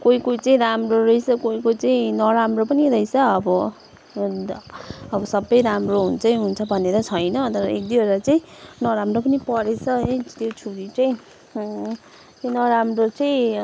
कोही कोही चाहिँ राम्रो रहेछ कोही कोही चाहिँ नराम्रो पनि रहेछ अब सबै राम्रो हुन्छै हुन्छ भन्ने चाहिँ छैन तर एक दुईवटा चाहिँ नराम्रो पनि परेछ है त्यो छुरी चाहिँ यो नराम्रो चाहिँ